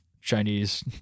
Chinese